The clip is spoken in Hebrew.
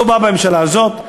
לא בא בממשלה הזאת,